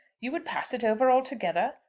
you would pass it over altogether?